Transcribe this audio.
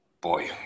Boy